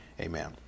Amen